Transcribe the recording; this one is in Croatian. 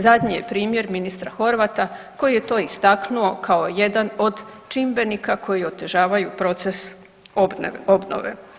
Zadnje je primjer ministra Horvata koji je to istaknuo kao jedan od čimbenika koji otežavaju proces obnove.